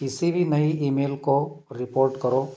किसी भी नई ईमेल को रिपोर्ट करो